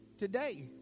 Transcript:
Today